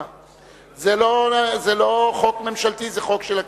זה לא חוק ממשלתי, זה חוק של הכנסת.